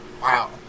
Wow